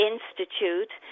Institute